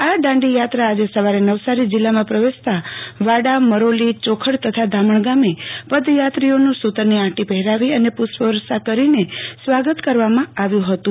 આ દાંડીયાત્રા આજે સવારે નવસારી જિલ્લામાં પ્રવેશતા વાડા મરોલી ચોખડ તથા ધામણ ગામે પદયાત્રીઓન સુતરની આંટી પહેરાવી અને પુષ્પવર્ષા કરીને સ્વાગત કરવામાં આવ્યું હતું